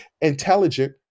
intelligent